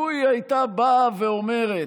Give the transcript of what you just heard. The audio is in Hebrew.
לו היא הייתה באה ואומרת: